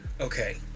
Okay